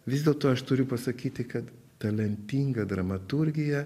vis dėlto aš turiu pasakyti kad talentinga dramaturgija